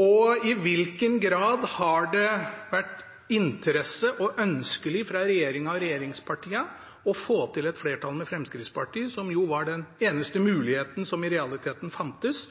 og i hvilken grad har det vært interesse for og ønskelig fra regjeringen og regjeringspartiene å få til et flertall med Fremskrittspartiet, som var den eneste muligheten som i realiteten fantes